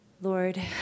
Lord